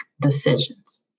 decisions